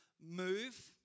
move